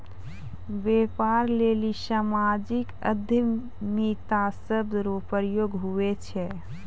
व्यापार लेली सामाजिक उद्यमिता शब्द रो प्रयोग हुवै छै